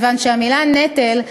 כיוון שהמילה "נטל",